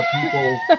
people